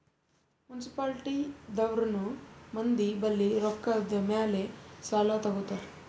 municipality ದವ್ರನು ಮಂದಿ ಬಲ್ಲಿ ರೊಕ್ಕಾದ್ ಮ್ಯಾಲ್ ಸಾಲಾ ತಗೋತಾರ್